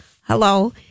hello